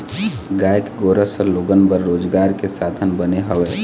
गाय के गोरस ह लोगन बर रोजगार के साधन बने हवय